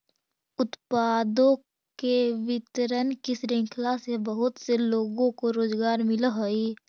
उत्पादों के वितरण की श्रृंखला से बहुत से लोगों को रोजगार मिलअ हई